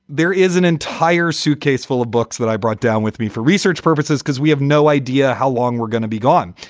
there is an entire suitcase full of books that i brought down with me for research purposes because we have no idea how long we're gonna be gone.